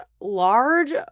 large